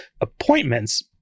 appointments